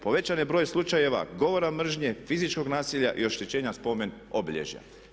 Povećan je broj slučajeva govora mržnje, fizičkog nasilja i oštećenja spomen obilježja.